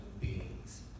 beings